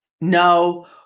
no